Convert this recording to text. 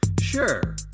Sure